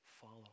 follow